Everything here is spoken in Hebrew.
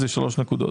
זה שלוש נקודות.